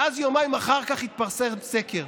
ואז יומיים אחר כך התפרסם סקר.